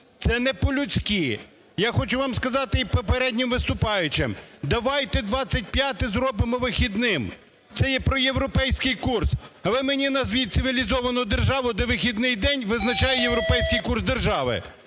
Це не по-людськи. Я хочу вам сказати і попереднім виступаючим. Давайте 25-е зробимо вихідним. Це є проєвропейський курс. А ви мені назвіть цивілізовану державу, де вихідний день визначає європейський курс держави?